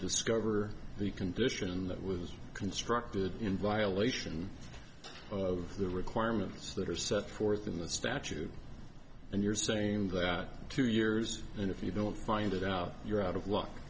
discover the condition that was constructed in violation of the requirements that are set forth in the statute and you're saying that two years and if you don't find it out you're out of luck